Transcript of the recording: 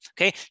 okay